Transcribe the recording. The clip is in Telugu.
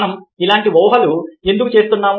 మనం అలాంటి ఊహలు ఎందుకు చేస్తున్నాం